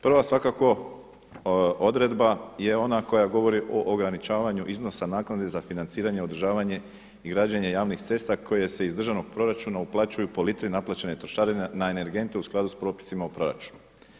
Prva svakako odredba je ona koja govori o ograničavanju iznosa naknade za financiranje i održavanje i građenje javnih cesta koje se iz državnog proračunu uplaćuju po … naplaćene trošarine na energente u skladu s propisima u proračunu.